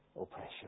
oppression